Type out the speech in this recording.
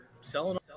selling